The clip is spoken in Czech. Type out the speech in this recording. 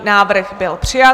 Návrh byl přijat.